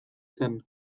zen